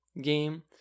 game